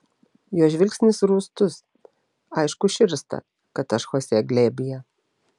jo žvilgsnis rūstus aišku širsta kad aš chosė glėbyje